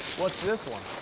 what's this one?